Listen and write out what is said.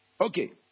okay